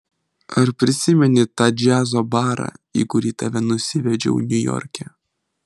ar prisimeni tą džiazo barą į kurį tave nusivedžiau niujorke